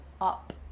up